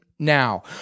now